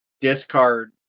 discard